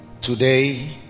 Today